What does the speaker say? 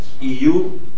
EU